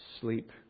sleep